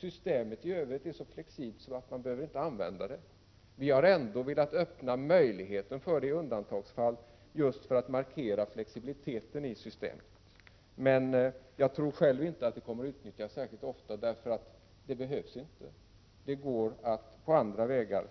Systemet i övrigt är nämligen så flexibelt att man inte behöver använda kvitto. Men vi har ändå velat öppna möjlighet till detta i undantagsfall, just för att markera flexibiliteten i systemet. Men jag tror själv inte att denna möjlighet kommer att utnyttjas särskilt ofta, eftersom det inte behövs. Det går att på andra sätt